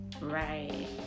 right